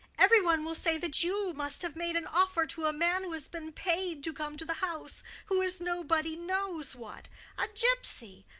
every one will say that you must have made an offer to a man who has been paid to come to the house who is nobody knows what a gypsy,